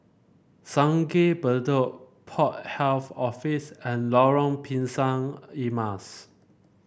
Sungei Bedok Port Health Office and Lorong Pisang Emas